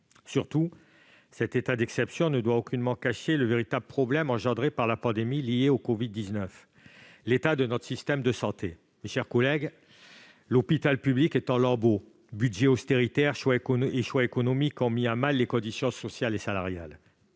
Surtout, cet état d'exception ne doit aucunement cacher le véritable problème engendré par la pandémie liée au covid-19, à savoir l'état de notre système de santé. Mes chers collègues, l'hôpital public est en lambeaux : les budgets d'austérité et les choix économiques ont mis à mal les conditions sociale et salariale